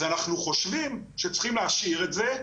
אז אנחנו חושבים שצריכים להשאיר את זה,